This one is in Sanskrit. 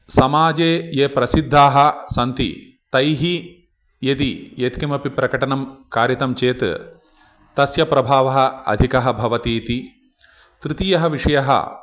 समाजे ये प्रसिद्धाः सन्ति तैः यदि यत्किमपि प्रकटनं कारितं चेत् तस्य प्रभावः अधिकः भवतीति तृतीयः विषयः